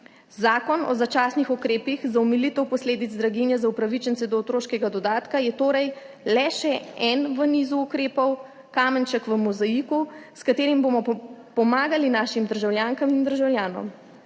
Zakon o začasnih ukrepih za omilitev posledic draginje za upravičence do otroškega dodatka je torej le še en v nizu ukrepov, kamenček v mozaiku, s katerim bomo pomagali našim državljankam in državljanom.